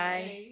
Bye